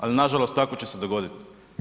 Ali nažalost tako će se dogoditi.